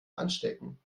anstecken